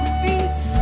feet